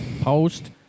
post